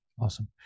Awesome